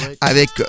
avec